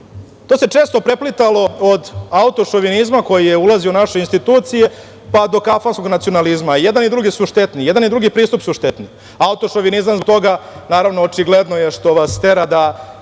To se često preplitalo od autošovinizma koji je ulazio u naše institucije, pa do kafanskog nacionalizma. I jedan i drugi pristup su štetni. Autošovinizam zbog toga, naravno, očigledno je što vas tera da